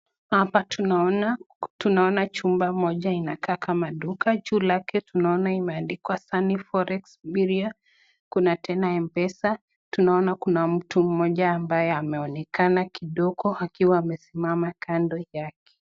Hapa tunaona chumba moja inakaa kama duka juu lake tunaona imeandikwa Sunny Forex Bureau, kuna tena M-PESA. Tunaona kuna mtu mmoja ambaye ameonekana kidogo akiwa amesimama kando yake.